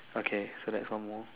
okay so that's one more